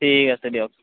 ঠিক আছে দিয়ক